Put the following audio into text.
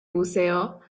buceo